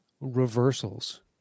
reversals